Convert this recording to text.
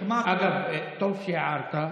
אגב, טוב שהערת.